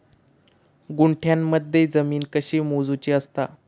गुंठयामध्ये जमीन कशी मोजूची असता?